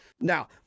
Now